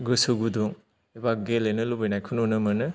गोसो गुदुं एबा गेलेनो लुबैनायखौ नुनो मोनो